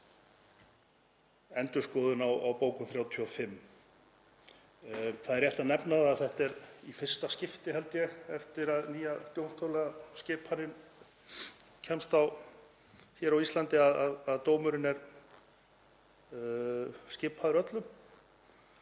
endurskoðun á bókun 35. Það er rétt að nefna að þetta er í fyrsta skipti, held ég, eftir að nýja dómstólaskipanin komst á hér á Íslandi að dómurinn er skipaður öllum.